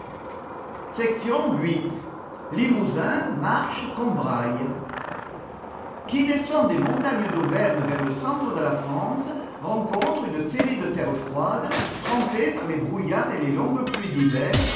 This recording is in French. limousin marche combrailles qui descend des montagnes d'auvergne vers le centre de la france rencontre une série de terres froides trempées par les brouillards et les longues pluies d'hiver